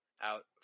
out